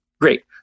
Great